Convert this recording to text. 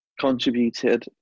contributed